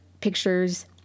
pictures